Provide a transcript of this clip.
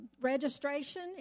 registration